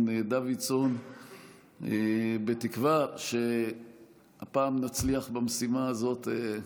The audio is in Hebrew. דוידסון בתקווה שהפעם נצליח במשימה הזאת.